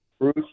Bruce